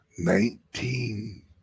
nineteen